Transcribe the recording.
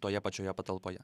toje pačioje patalpoje